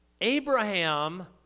Abraham